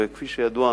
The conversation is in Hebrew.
וכפי שידוע,